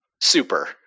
Super